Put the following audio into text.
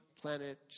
planet